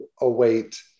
await